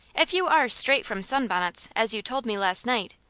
if you are straight from sunbonnets, as you told me last night,